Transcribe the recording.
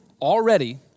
already